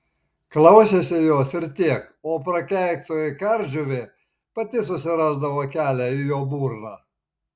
klausėsi jos ir tiek o prakeiktoji kardžuvė pati susirasdavo kelią į jo burną